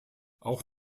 auch